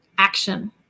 Action